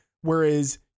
Whereas